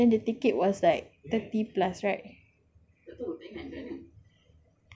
remember like we wanted to go then the ticket was like thirty plus right